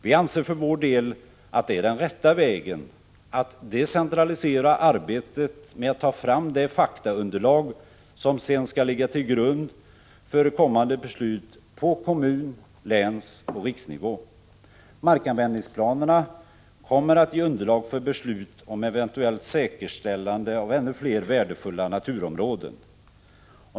Vi anser för vår del att det är den rätta vägen — att decentralisera arbetet med att få fram det faktaunderlag som sedan skall ligga till grund för kommande beslut på kommun-, länsoch riksnivå. Markanvändningsplanerna kommer att ge underlag för beslut om eventuellt säkerställande av ännu fler värdefulla naturområden.